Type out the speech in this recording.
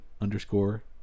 underscore